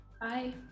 Bye